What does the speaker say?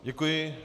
Děkuji.